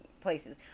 places